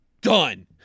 Done